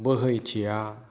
बोहैथिया